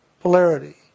polarity